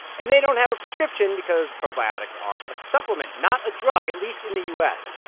and they don't have a prescription because probiotics are a supplement, not a drug, at least in the u s.